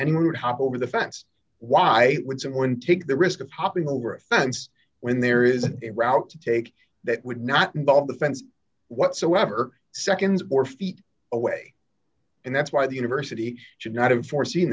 anyone would happen over the fence why would someone take the risk of popping over a fence when there is a route to take that would not involve the fence whatsoever seconds or feet away and that's why the university should not have foreseen